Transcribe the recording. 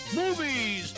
movies